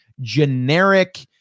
generic